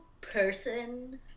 person